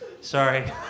Sorry